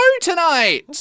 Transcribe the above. tonight